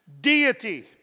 Deity